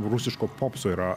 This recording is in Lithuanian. rusiško popso yra